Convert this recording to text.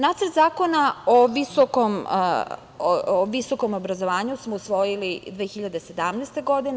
Nacrt Zakona o visokom obrazovanju smo usvojili 2017. godine.